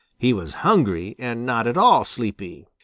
he was hungry and not at all sleepy.